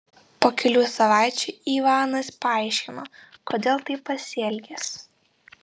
po kelių savaičių ivanas paaiškino kodėl taip pasielgęs